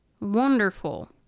wonderful